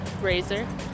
Razor